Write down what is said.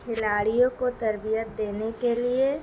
کھلاڑیوں کو تربیت دینے کے لیے